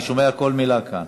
אני שומע כל מילה כאן.